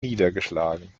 niedergeschlagen